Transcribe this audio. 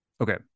okay